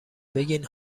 بگید